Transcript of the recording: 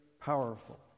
powerful